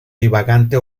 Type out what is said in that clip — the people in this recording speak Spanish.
divagante